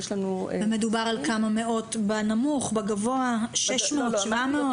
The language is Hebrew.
מדובר על כמה מאות בהערכה הנמוכה, 600, 700?